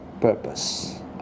purpose